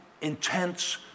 intense